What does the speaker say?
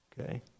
okay